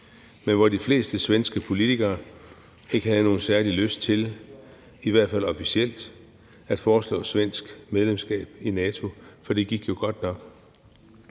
men hvor de fleste svenske politikere ikke have nogen særlig lyst til, i hvert fald officielt, at foreslå svensk medlemskab af NATO, for det gik jo godt nok.